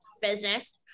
business